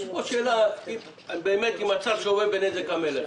יש פה שאלה עם מצב שעומד בנזק המלך.